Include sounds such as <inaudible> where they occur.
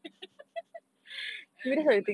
<laughs> and I am a woman